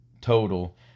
total